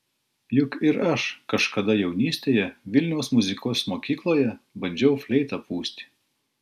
juk ir aš kažkada jaunystėje vilniaus muzikos mokykloje bandžiau fleitą pūsti